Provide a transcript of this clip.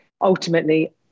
Ultimately